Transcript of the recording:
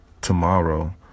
tomorrow